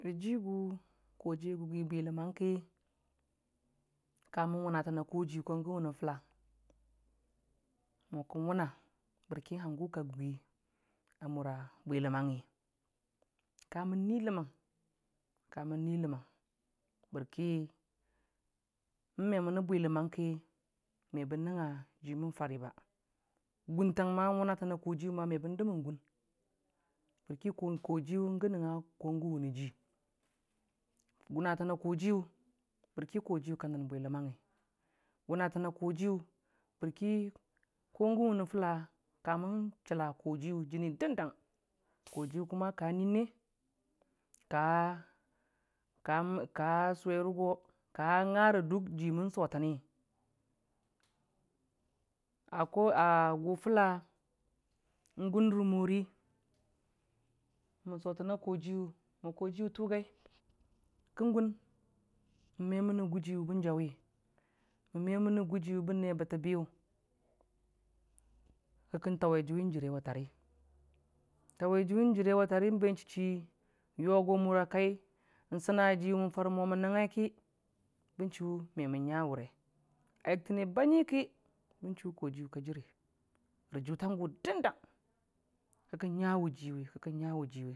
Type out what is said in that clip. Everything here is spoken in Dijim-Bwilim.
Rə jigʊ kojiiyʊ ə gʊgən ləməngki ka mən wnatənə niyəji ko gon wʊn tʊlə mo kən wonə bərki hənger kə gʊgi ə mʊrə bwiləməngngi kə mən mʊ lonəng kə mon nwi ləməng bəri mən meməno bwiləm əngngiki mebən nəngngnə ji mən fəri ba gʊntəng mah wʊnə tənə nyəjiyə mebən dəm gʊn bərki kəjiyʊ gə nəngngə kowəne ji winətənə kojiyʊwi bərki kə nən bweilənməng wʊnətəng koyiyʊ bərki kogən wʊne fʊlə kmən cholə kojiyʊ jəni dəndəng kojiyʊ tindan ka nwinne ka- ka ka sʊwəng kə ngane dʊk ji sʊgəməni a ko a gʊ fʊlə ngʊn rə mori mən sotənə kojiyʊ mo kojiyʊ tʊgani kən gon memə me gʊjiwe bən jəʊwi mom me mənəgʊji wʊ bən ne bətəbiyʊ ki kon təwe jʊwi jirewə təri ləwe jʊwi be yərewə təri ben chichi yogo mʊnə kəi sənə jin mən yəre momən nəngngəi ki bən chər me mən ngəwʊre ə yoktəne bangiki ban chʊ kojiyʊ kə jəre rə jʊləngʊ dəndəng ki kən nga wijʊwe ki kən nga.